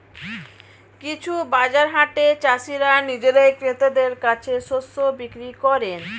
কিছু বাজার হাটে চাষীরা নিজেরাই ক্রেতাদের কাছে শস্য বিক্রি করেন